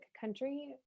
country